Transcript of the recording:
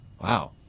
Wow